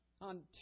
On